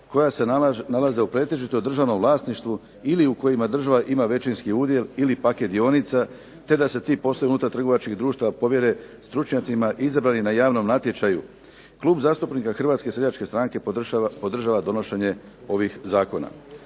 koja se nalaze pretežito državnom vlasništvu ili u kojima država ima većinski udjel ili paket dionica, te da se ti poslovi unutar trgovačkih društava povjere stručnjacima izabranim na javnom natječaju. Klub zastupnika HSS-a podržava donošenje ovih zakona.